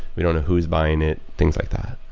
we don't know who's buying it, things like that